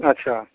अच्छा